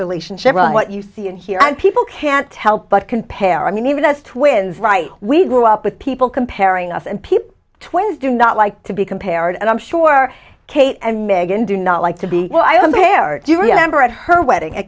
relationship what you see and hear and people can't help but compare i mean even as twins right we grew up with people comparing us and people twins do not like to be compared and i'm sure kate and meghan do not like to be well i am a pair do you remember at her wedding